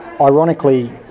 ironically